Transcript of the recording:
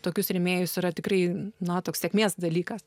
tokius rėmėjus yra tikrai nato sėkmės dalykas